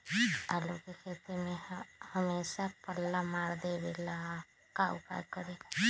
आलू के खेती में हमेसा पल्ला मार देवे ला का उपाय करी?